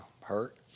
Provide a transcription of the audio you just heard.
hurt